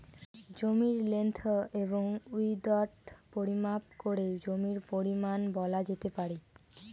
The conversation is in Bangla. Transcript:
জমির লেন্থ এবং উইড্থ পরিমাপ করে জমির পরিমান বলা যেতে পারে